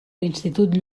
l’institut